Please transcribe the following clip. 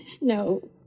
No